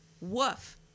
Woof